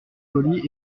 colis